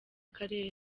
karere